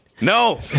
No